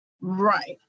Right